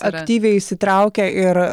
aktyviai įsitraukia ir